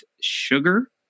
sugar